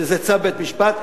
שזה צו בית-משפט,